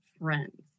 friends